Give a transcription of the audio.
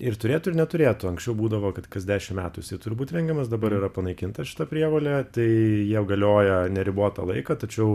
ir turėtų ir neturėtų anksčiau būdavo kad kas dešim metų jisai turi būt rengiamas dabar yra panaikinta šita prievolė tai jau galioja neribotą laiką tačiau